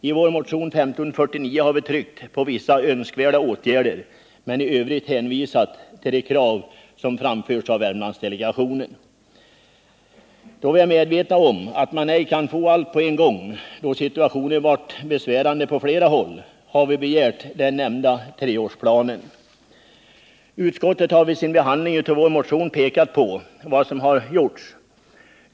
I vår motion 1549 har vi tryckt på önskvärdheten av vissa åtgärder men i övrigt hänvisat till de krav som framförts av Värmlandsdelegationen. Då vi är medvetna om att man inte kan få allt på en gång, eftersom situationen är besvärande på flera håll, har vi begärt den nämnda treårsplanen. Utskottet har vid sin behandling av vår motion pekat på vad som har gjorts.